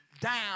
Down